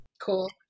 Cool